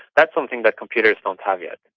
that's something that computers don't have yet.